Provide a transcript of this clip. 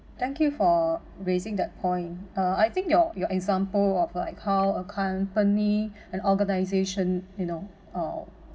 thank you for raising that point uh I think your your example of like how a company an organization you know uh